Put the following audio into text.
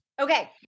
Okay